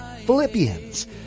Philippians